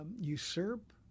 usurp